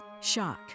shock